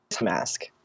mask